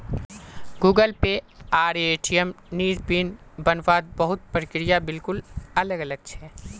Google Pay आर ATM नेर PIN बन वात बहुत प्रक्रिया बिल्कुल अलग छे